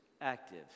active